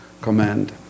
command